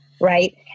Right